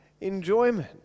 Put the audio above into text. enjoyment